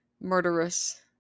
Murderous